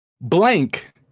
Blank